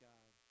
God